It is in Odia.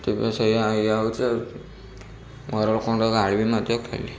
ସେଥିପାଇଁ ସେୟା ଏୟା ହଉଛି ଘରଲୋକଙ୍କଠାରୁ ଗାଳି ବି ମଧ୍ୟ ଖାଇଲି